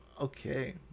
okay